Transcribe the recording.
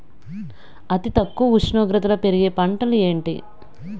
అతి తక్కువ ఉష్ణోగ్రతలో పెరిగే పంటలు ఏంటి?